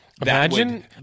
Imagine